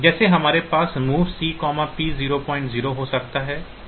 जैसे हमारे पास MOV C P00 हो सकता है